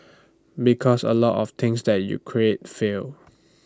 because A lot of things that you create fail